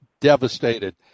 devastated